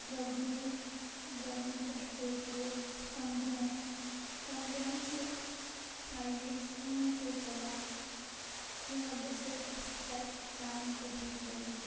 دروگمُل دروٚگمُلۍ پیٹھ سوپور سَنٛگروٗم سَنٛگرام چھُ ہاے وے یَس کٲم تہِ چَلا ییٚمہِ وَجہِ سۭتۍ اَسہِ تَتہِ ٹایم تہِ ہیٚکہِ لٲگِتھ